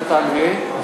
סעיף קטן (ה).